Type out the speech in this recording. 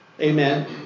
Amen